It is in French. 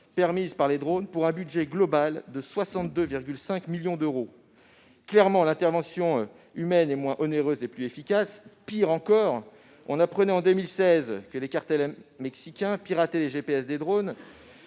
de ces arrestations, pour un budget global de 62,5 millions de dollars ! Clairement, l'intervention humaine est moins onéreuse et plus efficace. Pire encore, on apprenait en 2016 que les cartels mexicains pirataient les GPS des drones